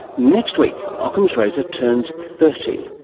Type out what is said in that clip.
next week ockham's razor turns thirty.